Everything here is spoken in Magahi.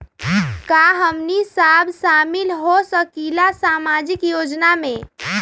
का हमनी साब शामिल होसकीला सामाजिक योजना मे?